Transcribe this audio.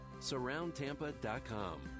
Surroundtampa.com